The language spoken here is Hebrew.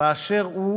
באשר הוא